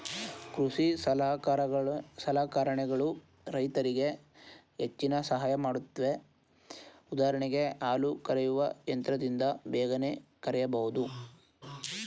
ಕೃಷಿ ಸಲಕರಣೆಗಳು ರೈತರಿಗೆ ಹೆಚ್ಚಿನ ಸಹಾಯ ಮಾಡುತ್ವೆ ಉದಾಹರಣೆಗೆ ಹಾಲು ಕರೆಯುವ ಯಂತ್ರದಿಂದ ಬೇಗನೆ ಕರೆಯಬೋದು